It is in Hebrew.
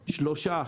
שלושה,